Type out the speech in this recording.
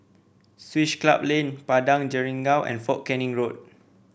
Swiss Club Lane Padang Jeringau and Fort Canning Road